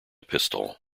pistol